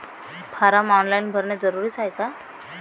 Form online भरने जरुरीचे हाय का?